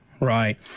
right